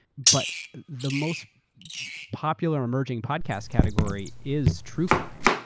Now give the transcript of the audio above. but the most popular emerging podcast category is true crime,